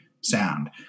sound